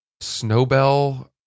Snowbell